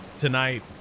Tonight